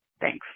Thanks